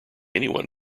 anyone